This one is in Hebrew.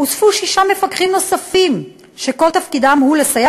הוספו שישה מפקחים שכל תפקידם הוא לסייע